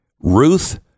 Ruth